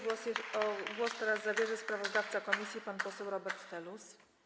Głos teraz zabierze sprawozdawca komisji pan poseł Robert Telus.